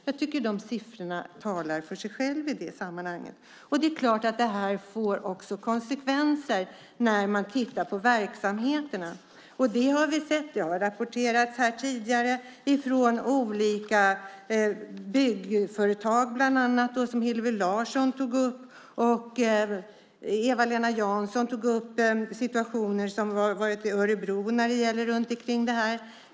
Jag tycker att siffrorna talar för sig själva. Det är klart att det får konsekvenser för verksamheterna. Det har rapporterats här tidigare. Hillevi Larsson tog upp olika byggföretag. Eva-Lena Jansson tog upp situationer i Örebro när det gäller detta.